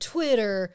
Twitter